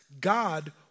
God